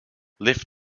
lift